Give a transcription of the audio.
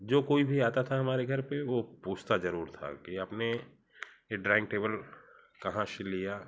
जो कोई भी आता था हमारे घर पर वह पूछता ज़रूर था कि आपने ये डाइनिंग टेबल कहाँ से लिया